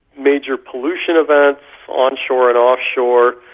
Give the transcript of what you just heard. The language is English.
major pollution events onshore and offshore,